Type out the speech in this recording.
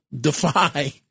defy